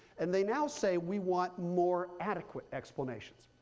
and they now say we want more adequate explanations.